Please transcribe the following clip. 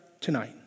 tonight